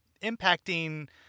impacting